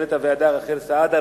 למנהלת הוועדה רחל סעדה,